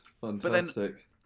fantastic